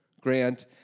Grant